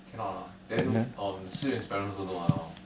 cannot lah then um si yuan and his parents also don't want lah hor